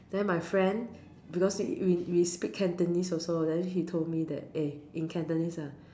then my friend because we we speak Cantonese also then she told me that eh in Cantonese ah